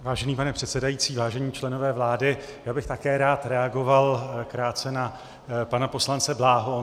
Vážený pane předsedající, vážení členové vlády, já bych také rád reagoval krátce na pana poslance Bláhu.